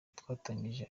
twatangije